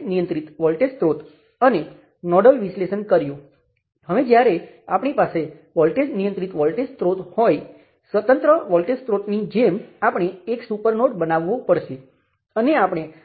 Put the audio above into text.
કંઈ બદલાયું નથી મારી પાસે માત્ર I1 R13 I2 R23 I3 × R13 R23 R33 0 છે